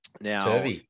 Now –